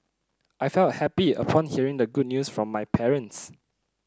I felt happy upon hearing the good news from my parents